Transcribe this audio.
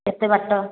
କେତେ ବାଟ